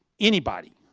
anybody.